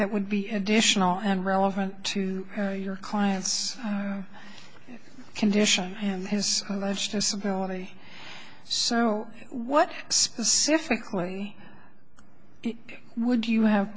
that would be additional and relevant to your client's condition and his alleged disability so what specifically would you have